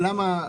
למה?